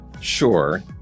sure